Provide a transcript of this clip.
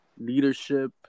leadership